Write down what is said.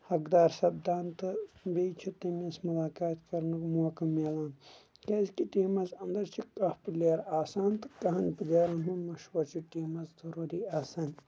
حق دار سَپدان تہٕ بیٚیہِ چھُ تٔمس مُلاقات کَرنُک موقعہٕ مِلان کیازِ کہِ ٹیٖمَس انٛدر چھِ کاہ پِلیر آسان کہن پِلیرَن ہُنٛد مشورٕ چھُ ٹیٖمَس ضروٗری آسان